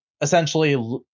essentially